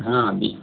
हाँ अभी